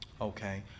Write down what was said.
Okay